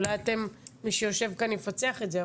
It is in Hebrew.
אולי מי שיושב כאן יפצח את זה.